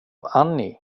annie